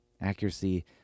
Accuracy